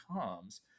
comes